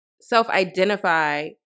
self-identify